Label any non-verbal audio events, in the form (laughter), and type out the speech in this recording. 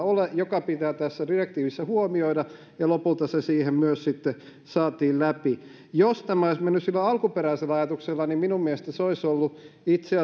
(unintelligible) ole ja joka pitää tässä direktiivissä huomioida ja lopulta se myös saatiin läpi jos tämä olisi mennyt sillä alkuperäisellä ajatuksella niin minun mielestäni se olisi ollut itse (unintelligible)